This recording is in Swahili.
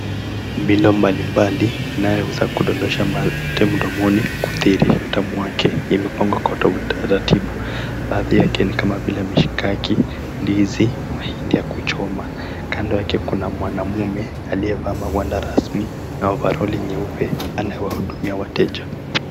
Milo mbalimbali inayoweza kudondosha mate momoni kuthirisha utamu wake imepangwa kwa utaratibu. Baadhi yake ni kama vile mishikaki, ndizi, mahindi ya kuchoma. Kando yake kuna mwanamume aliyevaa mawanda rasmi na overall nyeupe anayewahudumia wateja.